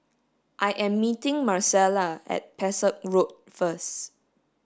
I am meeting Marcela at Pesek Road first